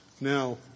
Now